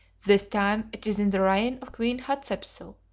this time it is in the reign of queen hatshepsu,